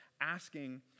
asking